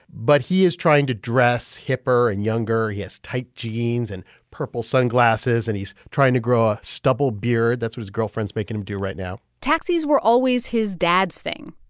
but he is trying to dress hipper and younger. he has tight jeans and purple sunglasses. and he's trying to grow a stubble beard. that's what his girlfriend's making him do right now taxis were always his dad's thing,